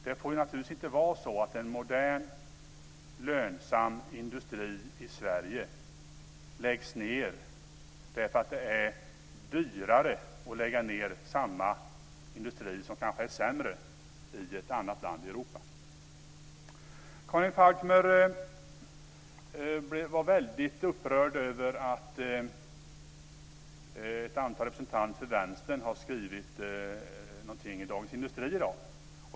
Det får naturligtvis inte vara så att en modern, lönsam industri i Sverige läggs ned därför att det är dyrare att lägga ned samma industri, som kanske är sämre, i ett annat land i Europa. Karin Falkmer var väldigt upprörd över att ett antal representanter för Vänstern i dag hade skrivit någonting i Dagens Industri.